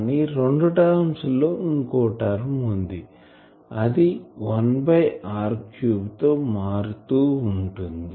కానీ రెండు టర్మ్స్ లో ఇంకో టర్మ్ ఉంటుంది అది 1 బై r క్యూబ్ తో మారుతూ ఉంటుంది